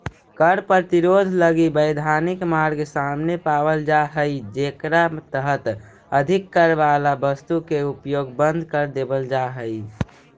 कर प्रतिरोध लगी वैधानिक मार्ग सामने पावल जा हई जेकरा तहत अधिक कर वाला वस्तु के उपयोग बंद कर देवल जा हई